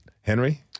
Henry